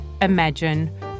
imagine